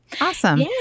Awesome